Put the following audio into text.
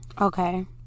Okay